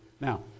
Now